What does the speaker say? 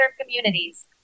communities